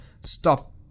stop